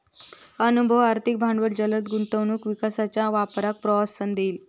अनुभव, आर्थिक भांडवल जलद गुंतवणूक विकासाच्या वापराक प्रोत्साहन देईत